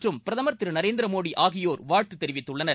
மற்றும் பிரதமர் திரு நரேந்திரமோடி ஆகியோர் வாழ்த்து தெரிவித்துள்ளனர்